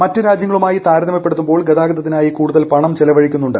മറ്റ് രാജ്യങ്ങളുമായി താരതമ്യപ്പെടുത്തുമ്പോൾ ഗതാഗതത്തിനായി കൂടുതൽ പണം ചെലവഴിക്കുന്നുണ്ട്